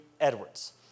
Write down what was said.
Edwards